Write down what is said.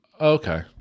Okay